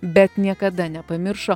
bet niekada nepamiršo